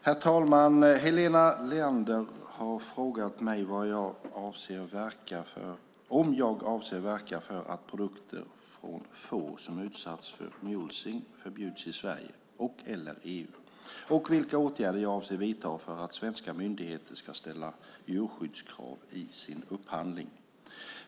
Herr talman! Helena Leander har frågat mig om jag avser att verka för att produkter från får som utsätts för mulesing förbjuds i Sverige och EU och vilka åtgärder jag avser att vidta för att svenska myndigheter ska ställa djurskyddskrav i sin upphandling.